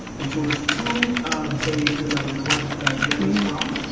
and so there's two bays that we collect gametes from,